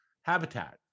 habitat